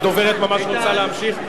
הדוברת ממש רוצה להמשיך.